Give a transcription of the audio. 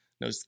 No